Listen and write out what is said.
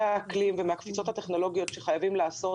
האקלים ומהקפיצות הטכנולוגיות שחייבים לעשות.